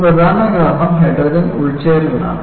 ഒരു പ്രധാന കാരണം ഹൈഡ്രജൻ ഉൾച്ചേർക്കലാണ്